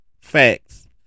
Facts